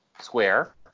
square